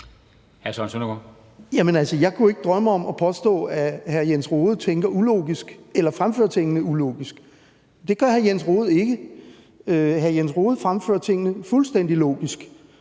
jeg kunne ikke drømme om at påstå, at hr. Jens Rohde tænker ulogisk eller fremfører tingene ulogisk; det gør hr. Jens Rohde ikke. Hr. Jens Rohde fremfører tingene fuldstændig logisk,